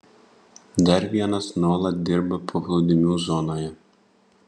dar vienas nuolat dirba paplūdimių zonoje